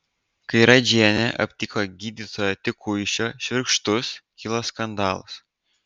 kai radžienė aptiko gydytojo tikuišio švirkštus kilo skandalas